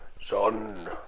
Son